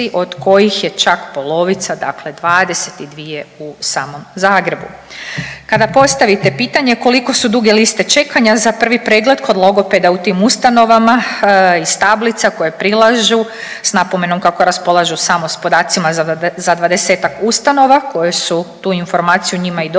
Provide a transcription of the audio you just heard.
od kojih je čak polovica dakle 22 u samom Zagrebu. Kada postavite pitanje koliko su duge liste čekanja za prvi pregled kod logopeda u tim ustanovama iz tablica koje prilažu s napomenom kako raspolažu samo s podacima za 20-tak ustanova koje su tu informaciju njima i dostavile,